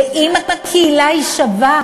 ואם הקהילה שווה,